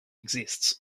exist